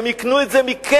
הם יקנו את זה מכם,